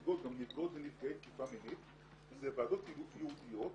זה ועדות ייעודיות